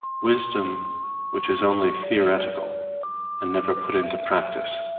wisdom which is only theoretical and never put into practice,